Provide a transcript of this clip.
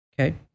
okay